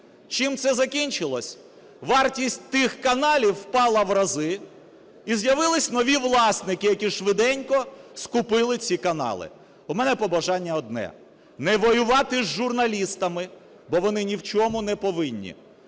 Чим це закінчилося? Вартість тих каналів впала в рази і з'явилися нові власники, які швиденько скупили ці канали. У мене побажання одне: не воювати з журналістами, бо вони ні в чому не повинні,